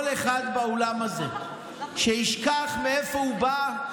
כל אחד באולם הזה שישכח מאיפה הוא בא,